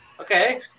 Okay